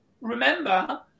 remember